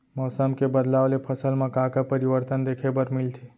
मौसम के बदलाव ले फसल मा का का परिवर्तन देखे बर मिलथे?